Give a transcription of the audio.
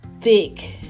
thick